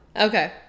okay